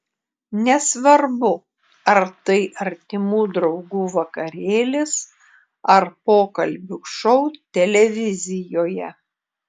nesvarbu ar tai artimų draugų vakarėlis ar pokalbių šou televizijoje